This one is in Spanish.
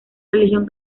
religión